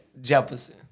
Jefferson